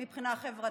מבחינה חברתית.